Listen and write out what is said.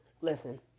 listen